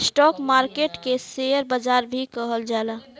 stock market के share बाजार भी कहल जाला